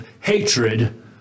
hatred